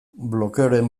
blokeoren